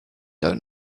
don’t